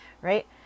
right